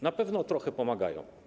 Na pewno trochę pomagają.